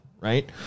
right